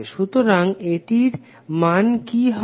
সুতরাং এটির মান কি হবে